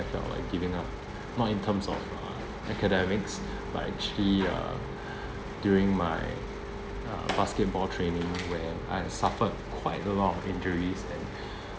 I felt like giving up not in terms of uh academics but actually uh during my uh basketball training where I suffered quite a lot of injuries and